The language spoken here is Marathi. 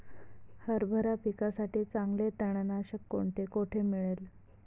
हरभरा पिकासाठी चांगले तणनाशक कोणते, कोठे मिळेल?